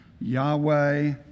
Yahweh